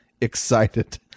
excited